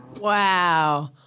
Wow